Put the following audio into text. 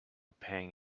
pang